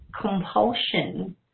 compulsion